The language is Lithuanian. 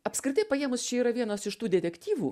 apskritai paėmus čia yra vienas iš tų detektyvų